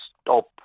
stop